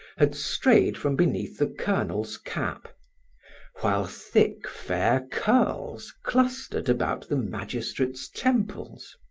had strayed from beneath the colonel's cap while thick, fair curls clustered about the magistrate's temples.